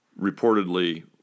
reportedly